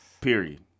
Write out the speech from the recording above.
Period